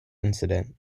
incident